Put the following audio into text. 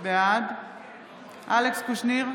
בעד אלכס קושניר,